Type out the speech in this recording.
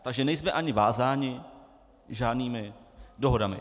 Takže nejsme ani vázáni žádnými dohodami.